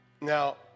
Now